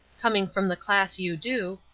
coming from the class you do,